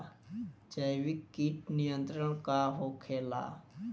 जैविक कीट नियंत्रण का होखेला?